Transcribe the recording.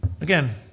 Again